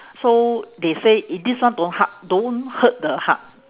so they say it this one don't heart don't hurt the heart